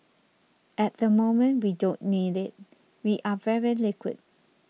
at the moment we don't need it we are very liquid